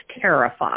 terrified